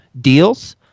deals